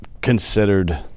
considered